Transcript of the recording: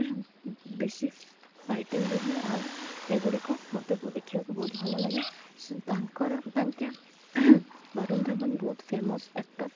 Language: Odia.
ବେଶୀ ଫାଇଟିଂ ରୁହେ ଆଉ ଏଗୁଡ଼ିକ ମତେ ଦେଖିବାକୁ ବହୁତ ଭଲ ଲାଗେ ସେ ତାଙ୍କର ତାଙ୍କେ ବରୁନ ଧାୱନ ବହୁତ ଫେମସ୍ ଆକ୍ଟର